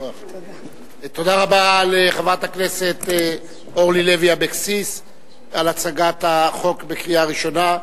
תודה רבה לחברת הכנסת אורלי לוי אבקסיס על הצגת החוק לקריאה ראשונה.